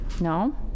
No